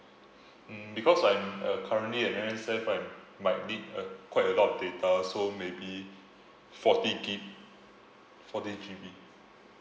mm because I uh currently in N_S_F right might need a quite a lot of data so maybe forty gigabyte forty G_B